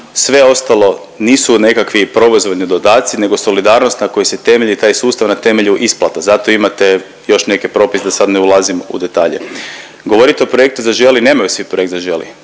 Sve ostalo nisu nekakvi proizvoljni dodaci nego solidarnost na kojem se temelji taj sustav na temelju isplate. Zato imate još neki propise da sad ne ulazim u detalje. Govorite o projektu Zaželi, nemaju svi projekt Zaželi.